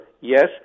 yes